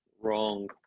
Wrong